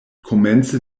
komence